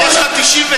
יש לך 99 דקות.